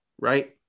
right